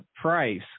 price